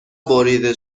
بریده